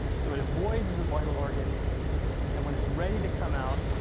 so it avoids the vital organs and when it's ready to come out,